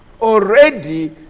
Already